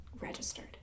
registered